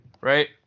Right